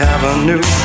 Avenue